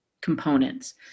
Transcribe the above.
components